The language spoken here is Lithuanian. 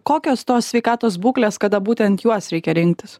kokios tos sveikatos būklės kada būtent juos reikia rinktis